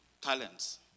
talents